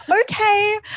Okay